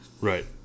Right